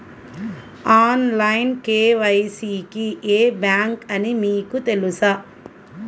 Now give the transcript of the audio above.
Online KYC కి ఏ bank అని మీకు తెలుసా?